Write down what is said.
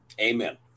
Amen